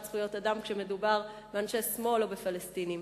זכויות האדם כשמדובר באנשי שמאל או בפלסטינים.